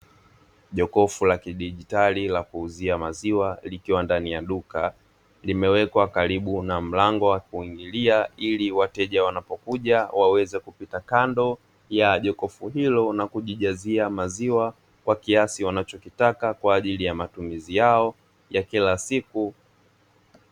Jokofu la kijigitali la kuuzia maziwa, likiwa ndani ya duka, limewekwa karibu na mlango wa kuingilia ili wateja wanapokuja waweze kupita kando ya jokofu hilo na kujijazia maziwa kwa kiasi wanachokitaka kwaajili ya matumizi yao ya kila siku.